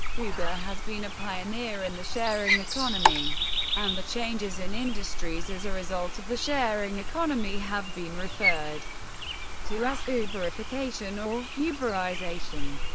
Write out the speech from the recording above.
uber has been a pioneer in the sharing economy and the changes in industries as a result of the sharing economy have been referred to as uberification or uberisation.